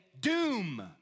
doom